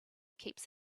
keeps